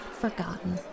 forgotten